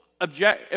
object